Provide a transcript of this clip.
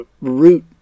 root